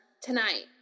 tonight